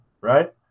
right